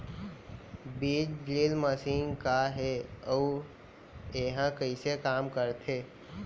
बीज drill machine का हे अऊ एहा कइसे काम करथे?